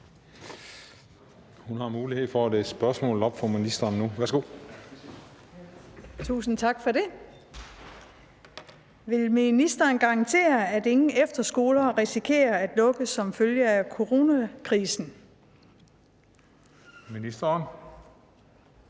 Vil ministeren garantere, at ingen efterskoler risikerer at lukke som følge af coronakrisen?